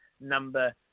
number